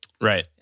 right